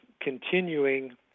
continuing